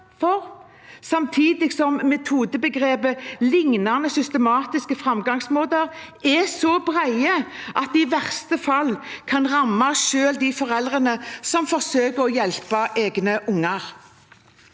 for, samtidig som metodebegrepet «lignende systematiske fremgangsmåter» er så bredt at det i verste fall kan ramme de foreldrene som forsøker å hjelpe egne unger.